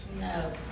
No